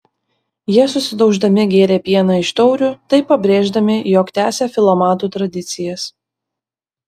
jie susidauždami gėrė pieną iš taurių taip pabrėždami jog tęsia filomatų tradicijas